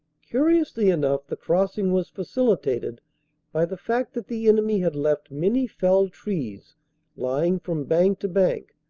curiously enough the crossing was facilitated by the fact that the enemy had left many felled trees lying from bank to bank,